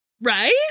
Right